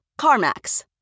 carmax